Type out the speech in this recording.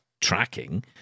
tracking